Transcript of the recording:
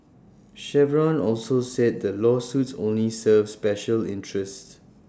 Chevron also said the lawsuits only serve special interests